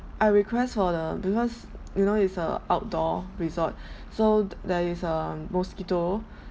I request for the because you know it's a outdoor resort so there is um mosquito